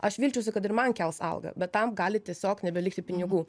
aš vilčiausi kad ir man kels algą bet tam gali tiesiog nebelikti pinigų